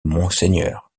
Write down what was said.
monseigneur